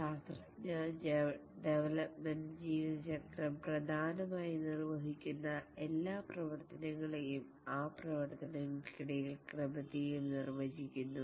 ശാസ്ത്രജ്ഞർ ഡെവലപ്മെൻറ് ജീവിതചക്രം പ്രധാനമായും നിർവഹിക്കുന്ന എല്ലാ പ്രവർത്തനങ്ങളെയും ആ പ്രവർത്തനങ്ങൾക്കിടയിൽ ക്രമത്തെയും നിർവചിക്കുന്നു